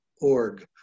Org